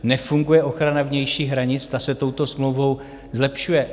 Nefunguje ochrana vnějších hranic, ta se touto smlouvou zlepšuje.